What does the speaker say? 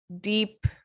deep